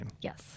Yes